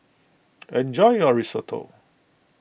enjoy your Risotto